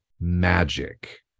magic